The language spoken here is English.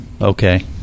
Okay